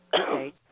Okay